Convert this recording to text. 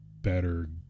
better